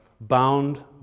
bound